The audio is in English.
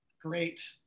great